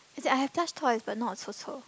as in I have plush toys but not a 臭臭